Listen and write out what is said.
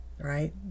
right